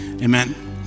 Amen